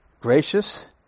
gracious